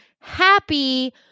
Happy